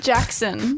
Jackson